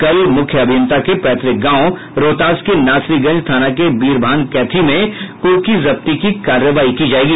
कल मूख्य अभियंता के पैतुक गांव रोहतास के नासरीगंज थाना के वीरभान कैथी में कुर्की जब्ती की कार्रवाई की जायेगी